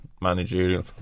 managerial